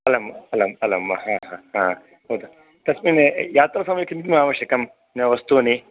अलं अलं अलं वा भवतु तस्मिन् यात्रासमये किं किं आवश्यकं वस्तूनि